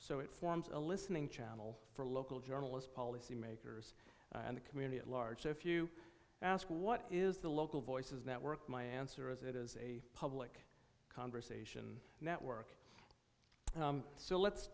so it forms a listening channel for local journalist policymakers and the community at large so if you ask what is the local voices network my answer is it is a public conversation network so let's